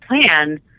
plan